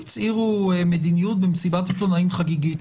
הצהירו מדיניות במסיבת עיתונאים חגיגית.